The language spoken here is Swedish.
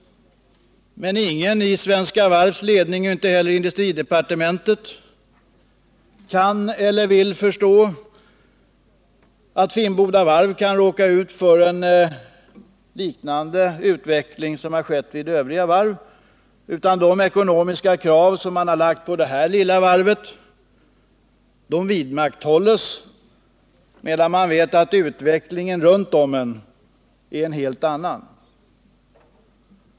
Men ingen i Svenska Varvs ledning och inte heller i industridepartementet kan eller vill förstå att Finnboda varv kan råka ut för en utveckling som liknar den som ägt rum vid andra varv. De ekonomiska krav som man har ställt på det här lilla varvet kvarstår samtidigt som man vet att utvecklingen på andra håll är en helt annan.